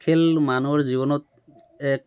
খেল মানুহৰ জীৱনত এক